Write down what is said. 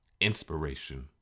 inspiration